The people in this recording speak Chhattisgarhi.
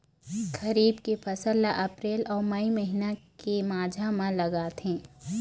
खरीफ के फसल ला अप्रैल अऊ मई महीना के माझा म लगाथे